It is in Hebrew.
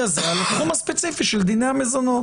הזה על התחום הספציפי של דיני המזונות.